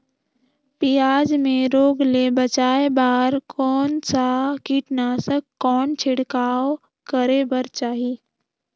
पियाज मे रोग ले बचाय बार कौन सा कीटनाशक कौन छिड़काव करे बर चाही?